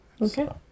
Okay